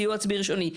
סיוע עצמי ראשוני.